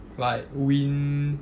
like wind